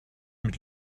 mit